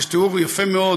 יש תיאור יפה מאוד,